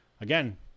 again